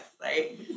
right